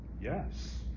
Yes